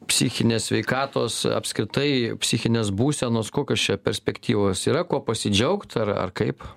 psichinės sveikatos apskritai psichinės būsenos kokios čia perspektyvos yra kuo pasidžiaugt ar ar kaip